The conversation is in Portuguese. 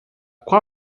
qual